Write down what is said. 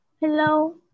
Hello